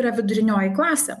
yra vidurinioji klasė